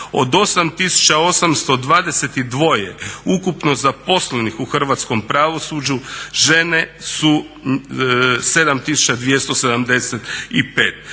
Od 8822 ukupno zaposlenih u hrvatskom pravosuđu žene su 7275.